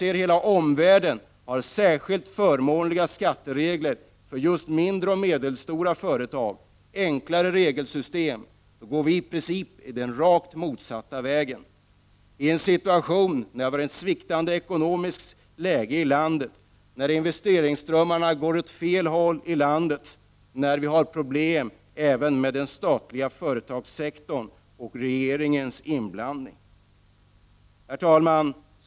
I hela omvärlden har man särskilt förmånliga skatteregler för just mindre och medelstora företag, och man har ett enklare regelsystem. Vi går den rakt motsatta vägen när det ekonomiska läget är sviktande, när investeringsströmmarna går åt fel håll och när vi på grund av regeringens inblandning har problem även med den statliga företagssektorn. Herr talman!